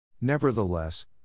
Nevertheless